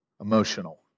emotional